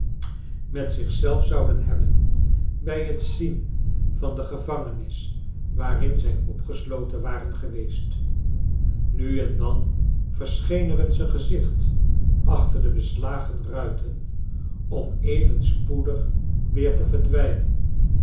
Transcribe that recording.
met ziehzelf zouden hebben bij het zien van de gevangenis waarin zij opgesloteu waren geweest nu en dan verscheen er eens een gezicht achter de beslagen ruiten ora even spoedig weer te verdwijnen